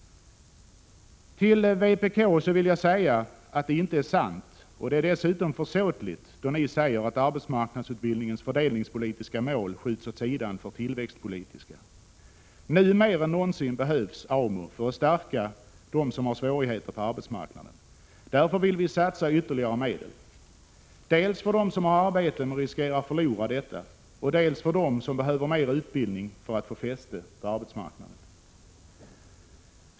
Till vpk vill jag säga att det inte är sant — och att det dessutom är försåtligt — då ni säger att arbetsmarknadsutbildningens fördelningspolitiska mål skjuts åt sidan för tillväxtpolitiska. Nu mer än någonsin behövs AMU för att stärka dem som har svårigheter på arbetsmarknaden. Därför vill vi satsa ytterligare medel, dels för dem som har arbete men riskerar att förlora detta, dels för dem som behöver mer utbildning för att få fäste på arbetsmarknaden.